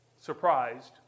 surprised